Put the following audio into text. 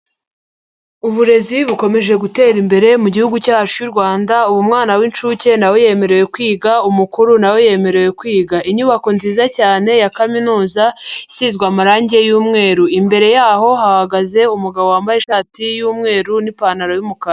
Uburezi bukomeje gutera imbere mu gihugu cyacu cy'u Rwanda, ubu mwana w'inshuke na we yemerewe kwiga, umukuru na we yemerewe kwiga. Inyubako nziza cyane ya kaminuza isizwe amarangi y'umweru. Imbere yaho hahagaze umugabo wambaye ishati y'umweru n'ipantaro y'umukara.